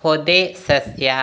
ಪೊದೆ ಸಸ್ಯ